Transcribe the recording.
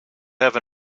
have